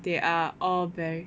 they are all berry